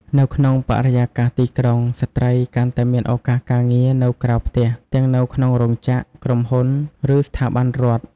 នៅក្នុងបរិយាកាសទីក្រុង ស្ត្រីកាន់តែមានឱកាសការងារនៅក្រៅផ្ទះ ទាំងនៅក្នុងរោងចក្រ ក្រុមហ៊ុន ឬស្ថាប័នរដ្ឋ។